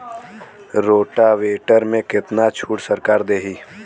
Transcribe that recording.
Rotavator में कितना छूट सरकार देही?